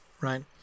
right